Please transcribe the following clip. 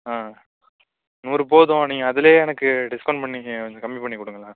ஆ நூறு போதும் நீங்கள் அதில் எனக்கு டிஸ்கவுண்ட் பண்ணி கொஞ்சம் கம்மி பண்ணி கொடுங்களேன்